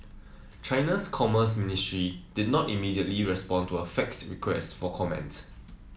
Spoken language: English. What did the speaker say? China's commerce ministry did not immediately respond to a faxed request for comment